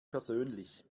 persönlich